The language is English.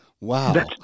Wow